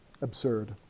absurd